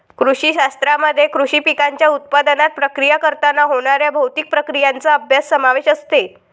कृषी शास्त्रामध्ये कृषी पिकांच्या उत्पादनात, प्रक्रिया करताना होणाऱ्या भौतिक प्रक्रियांचा अभ्यास समावेश असते